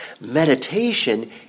Meditation